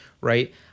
right